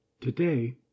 Today